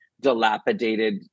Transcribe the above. dilapidated